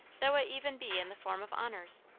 though it even be in the form of honors.